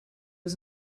was